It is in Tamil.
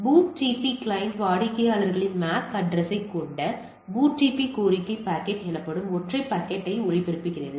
BOOTP கிளையன்ட் வாடிக்கையாளரின் MAC அட்ரஸ் யைக் கொண்ட BOOTP கோரிக்கை பாக்கெட் எனப்படும் ஒற்றை பாக்கெட்டை ஒளிபரப்பியது